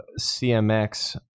CMX